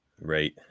right